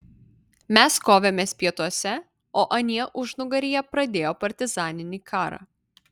mes kovėmės pietuose o anie užnugaryje pradėjo partizaninį karą